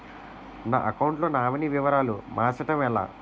నా అకౌంట్ లో నామినీ వివరాలు మార్చటం ఎలా?